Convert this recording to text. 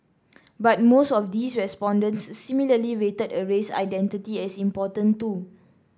but most of these respondents similarly rated a race identity as important too